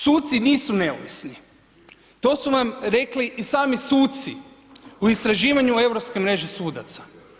Suci nisu neovisni, to su vam rekli i sami suci u istraživanju europske mreže sudaca.